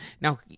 Now